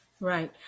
Right